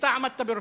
שאתה עמדת בראשו,